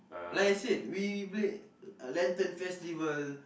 like I said we played lantern festival